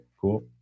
cool